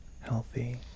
healthy